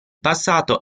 passato